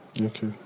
Okay